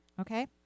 Okay